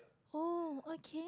oh okay